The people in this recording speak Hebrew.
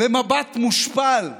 במבט מושפל.